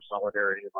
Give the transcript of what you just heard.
solidarity